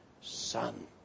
son